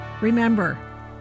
Remember